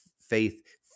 faith